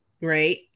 right